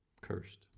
cursed